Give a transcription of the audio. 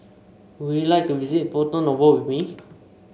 would you like to visit Porto Novo with me